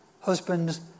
Husbands